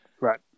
Right